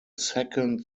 second